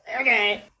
Okay